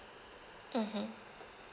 mmhmm